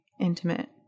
intimate